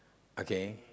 okay